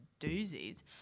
doozies